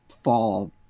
Fall